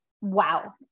Wow